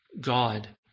God